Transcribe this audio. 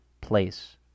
place